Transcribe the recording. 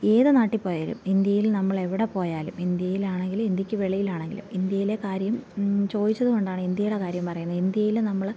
ഏതു നാട്ടിൽ പോയാലും ഇന്ത്യയിൽ നമ്മളെവിടെ പോയാലും ഇന്ത്യയിലാണെങ്കിലും ഇന്ത്യയ്ക്ക് വെളിയിലാണെങ്കിലും ഇന്ത്യയിലെ കാര്യം ചോദിച്ചതുകൊണ്ടാണ് ഇന്ത്യയുടെ കാര്യം പറയുന്നത് ഇന്ത്യയിൽ നമ്മള്